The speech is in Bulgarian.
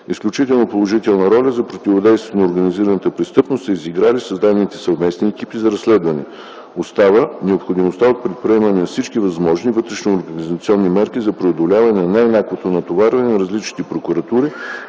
Изключително положителна роля за противодействието на организираната престъпност са изиграли създадените съвместни екипи за разследване. Остава необходимостта от предприемане на всички възможни вътрешноорганизационни мерки за преодоляване на нееднаквото натоварване на различните прокуратури